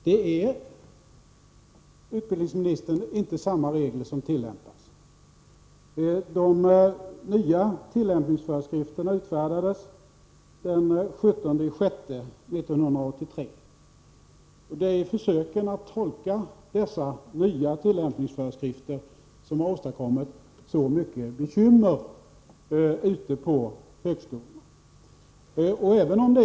Herr talman! Men, utbildningsministern, det är inte samma regler som tillämpas. De nya tillämpningsföreskrifterna utfärdades den 17 juni 1983. Det är försöken att tolka dessa nya tillämpningsföreskrifter som har åstadkommit så mycket bekymmer ute på högskolorna.